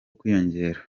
kwiyongera